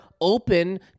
open